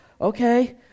Okay